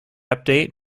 update